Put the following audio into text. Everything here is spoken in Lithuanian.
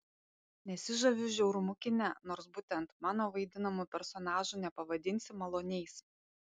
nesižaviu žiaurumu kine nors būtent mano vaidinamų personažų nepavadinsi maloniais